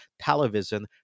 Television